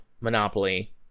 Monopoly